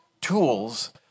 tools